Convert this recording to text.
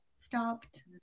stopped